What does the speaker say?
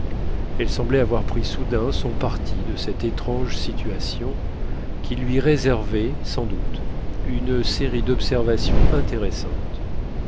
elle semblait avoir pris soudain son parti de cette étrange situation qui lui réservait sans doute une série d'observations intéressantes